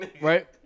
right